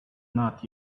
not